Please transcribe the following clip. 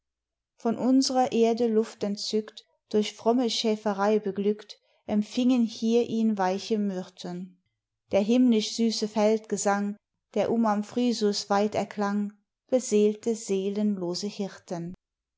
von unsrer erde luft entzückt durch fromme schäferey beglückt empfingen hier ihn weiche myrten der himmlisch süße feldgesang der um amphrysus weit erklang beseelte seelenlose hirten